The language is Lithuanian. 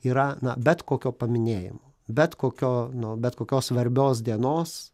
yra na bet kokio paminėjimo bet kokio nu bet kokios svarbios dienos